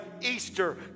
easter